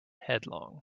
headlong